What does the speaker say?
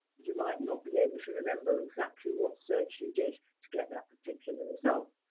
you might not be able to remember exactly what search you did to get that particular result.